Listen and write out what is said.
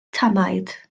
tamaid